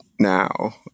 now